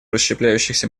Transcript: расщепляющихся